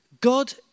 God